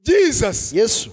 Jesus